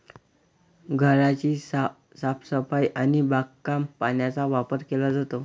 घराची साफसफाई आणि बागकामात पाण्याचा वापर केला जातो